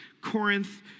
Corinth